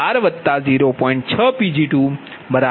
6 Pg1 4 0